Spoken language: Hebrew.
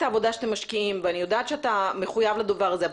העבודה שאתם משקיעים ואני יודעת שאתה מחויב לדבר הזה,